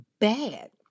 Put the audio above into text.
bad